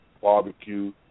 Barbecue